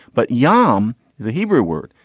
but yom is a hebrew word.